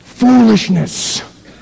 foolishness